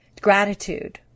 gratitude